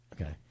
Okay